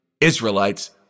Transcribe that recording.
Israelites